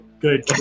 good